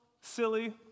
silly